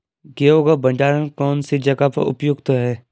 गेहूँ का भंडारण कौन सी जगह पर उपयुक्त है?